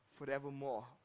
forevermore